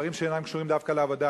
דברים שאינם קשורים דווקא לעבודה.